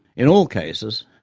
in all cases,